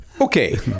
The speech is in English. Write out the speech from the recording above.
Okay